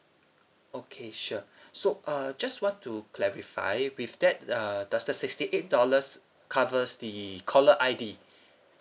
okay sure so uh just want to clarify with that uh does the sixty eight dollars covers the caller I_D